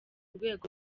rwego